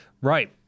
right